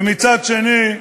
ומצד שני,